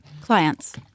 Clients